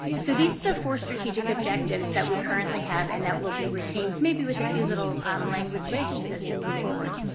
so these are the four strategic objectives that we currently have and that will be retained maybe with a few little um language changes as we move forward.